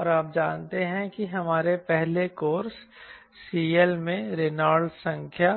और आप जानते हैं कि हमारे पहले कोर्स CL में रेनॉल्ड्स संख्या